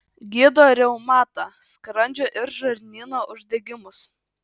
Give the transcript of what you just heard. gydo reumatą skrandžio ir žarnyno uždegimus